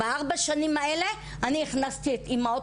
בארבע השנים האלה אני הכנסתי את האימהות